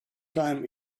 time